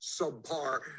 subpar